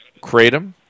kratom